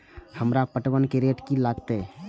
हमरा पटवन रेट की लागते?